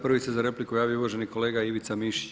Prvi se za repliku javio uvaženi kolega Ivica Mišić.